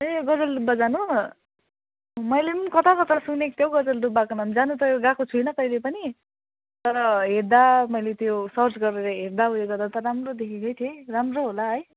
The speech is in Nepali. ए गजलडुबा जानु मैले पनि कता कता सुनेको थिएँ हौ गजलडुबाको नाम जानु त गएको छुइनँ कहिले पनि तर हेर्दा मैले त्यो सर्च गरेर हेर्दा उयो गर्दा त राम्रो देखेकै थिएँ राम्रो होला है